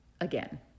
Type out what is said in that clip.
again